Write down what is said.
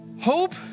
Hope